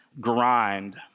grind